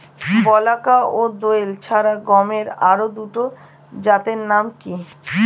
বলাকা ও দোয়েল ছাড়া গমের আরো দুটি জাতের নাম কি?